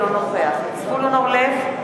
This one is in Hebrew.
אינו נוכח זבולון אורלב,